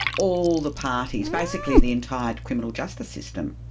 all the parties, basically the entire criminal justice system.